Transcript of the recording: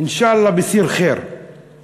"אינשאללה, בּיציר ח'יר";